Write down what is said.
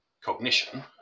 Cognition